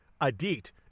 Adit